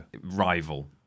rival